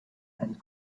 and